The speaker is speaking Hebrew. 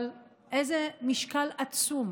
אבל איזה משקל עצום,